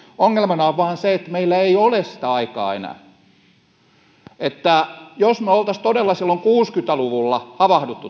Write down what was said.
ongelmana vain on se että meillä ei ole sitä aikaa enää jos me olisimme todella silloin kuusikymmentä luvulla havahtuneet